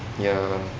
ya